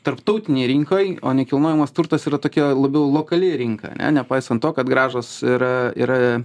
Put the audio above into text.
tarptautinėj rinkoj o nekilnojamas turtas yra tokia labiau lokali rinka ane nepaisant to kad grąžos yra yra